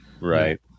right